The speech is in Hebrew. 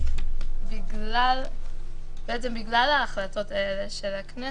ובעצם בגלל ההחלטות האלה של הכנסת,